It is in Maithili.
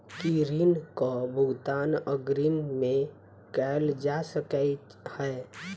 की ऋण कऽ भुगतान अग्रिम मे कैल जा सकै हय?